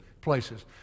places